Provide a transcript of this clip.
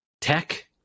tech